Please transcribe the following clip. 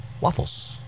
Waffles